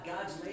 God's